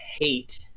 hate